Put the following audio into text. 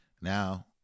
Now